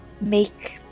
make